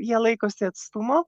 jie laikosi atstumo